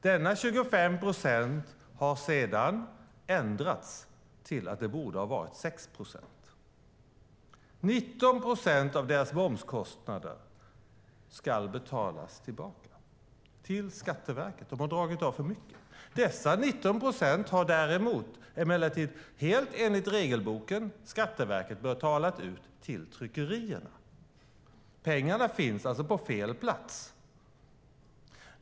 Dessa 25 procent har sedan ändrats till 6 procent. 19 procentenheter av deras momskostnader ska betalas tillbaka till Skatteverket. De har dragit av för mycket. De 19 procenten har dock Skatteverket, helt enligt regelboken, betalat ut till tryckerierna. Pengarna finns alltså på fel plats.